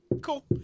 Cool